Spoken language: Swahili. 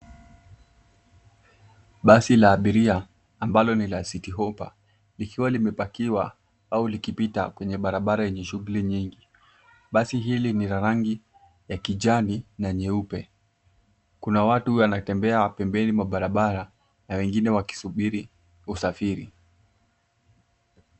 Basi la abiria ambalo ni la City Hopper likiwa limepakiwa au likipita kwenye barabara yenye shughuli nyingi basi hili ni la rangi ya kijani na nyeupe, kuna watu wanatembea pembeni mwa barabara na wengine wakisubiri usafiri.